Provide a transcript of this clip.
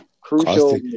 crucial